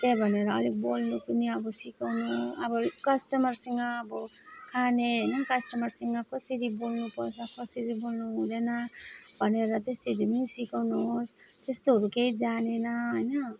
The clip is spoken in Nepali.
त्यही भनेर अलिक बोल्नु पनि अब सिकाउनु अब कस्टमरसँग अब खाने होइन कस्टमरसँग कसरी बोल्नु पर्छ कसरी बोल्नु हुँदैन भनेर त्यसरी नै सिकाउनु होस् त्यस्तोहरू केही जानेन होइन